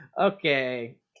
Okay